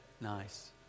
Nice